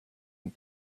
and